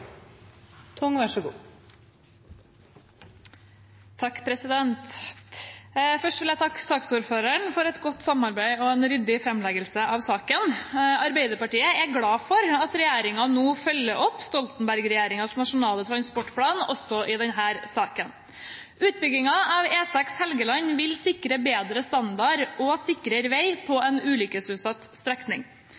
Først vil jeg takke saksordføreren for et godt samarbeid og en ryddig framleggelse av saken. Arbeiderpartiet er glad for at regjeringen nå følger opp Stoltenberg-regjeringens Nasjonal transportplan også i denne saken. Utbyggingen av E6 Helgeland vil sikre bedre standard og sikrere vei på